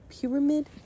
Pyramid